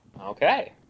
okay